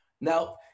Now